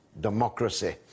democracy